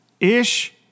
Ish